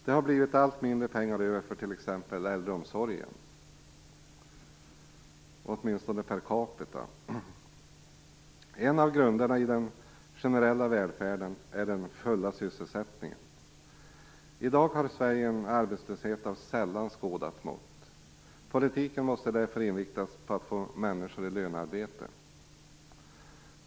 Det har blivit allt mindre pengar över för t.ex. äldreomsorgen, åtminstone per capita. En av grunderna i den generella välfärden är den fulla sysselsättningen. I dag har Sverige en arbetslöshet av sällan skådat mått. Politiken måste därför inriktas på att få människor i lönearbete.